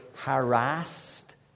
harassed